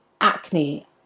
acne